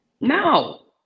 No